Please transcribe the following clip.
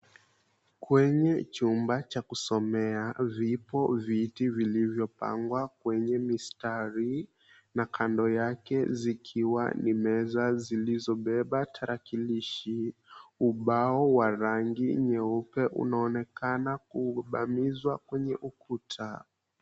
Kwenye chumba cha kusomea vipo viti vilivyopangwa kwenye mstari na kando yake zikiwa ni meza zilizobeba tarakilishi. Ubao wa rangi nyeupe unaonekana kubamizwa kwenye ukuta.